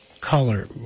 color